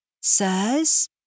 Says